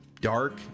dark